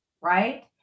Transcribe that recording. right